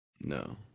No